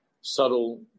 subtle